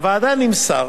לוועדה נמסר